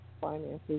finances